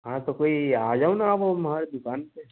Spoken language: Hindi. हाँ तो कोई आ जाओ ना आप हमारे दुकान पर